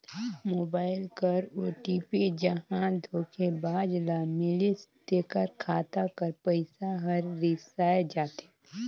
mobile कर OTP जहां धोखेबाज ल मिलिस तेकर खाता कर पइसा हर सिराए जाथे